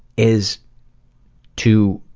is to